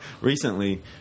recently